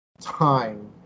time